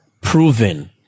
proven